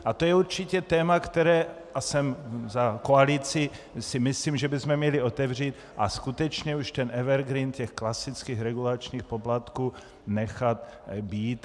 A to je určitě téma, které a jsem za koalici si myslím, že bychom měli otevřít, a skutečně už ten evergreen těch klasických regulačních poplatků nechat být.